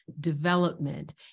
development